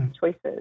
choices